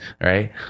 right